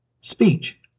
speech